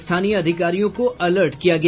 स्थानीय अधिकारियों को अलर्ट किया गया